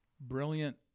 brilliant